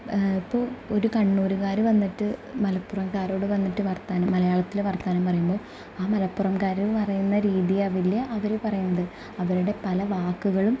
ഇപ്പോൾ ഒരു കണ്ണൂരുകാർ വന്നിട്ട് മലപ്പുറംകാരോട് വന്നിട്ട് വർത്താനം മലയാളത്തിൽ വർത്താനം പറയുമ്പോൾ ആ മലപ്പുറംകാർ പറയുന്ന രീതി ആകില്ല അവർ പറയുന്നത് അവരുടെ പല വാക്കുകളും